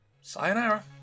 Sayonara